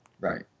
Right